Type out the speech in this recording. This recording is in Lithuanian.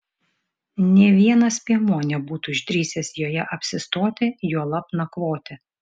nė vienas piemuo nebūtų išdrįsęs joje apsistoti juolab nakvoti